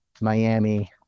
Miami